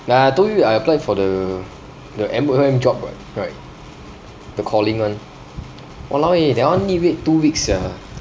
ya I told you I applied for the the M_O_M job right the calling [one] !walao! eh that one need to wait two week sia